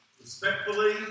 respectfully